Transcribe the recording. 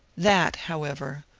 that, however,